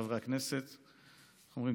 איך אומרים,